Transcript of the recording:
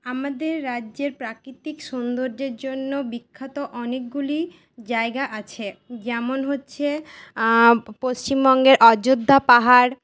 আমাদের রাজ্যের প্রাকৃতিক সৌন্দর্যের জন্য বিখ্যাত অনেকগুলি জায়গা আছে যেমন হচ্ছে পশ্চিমবঙ্গের অযোধ্যা পাহাড়